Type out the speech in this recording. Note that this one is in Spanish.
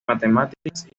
matemáticas